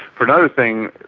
for another thing,